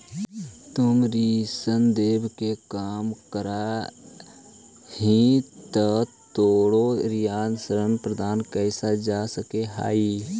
तुम ऋण देवे के काम करऽ हहीं त तोरो रियायत ऋण प्रदान कैल जा सकऽ हओ